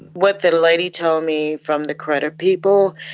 what the lady told me from the credit people,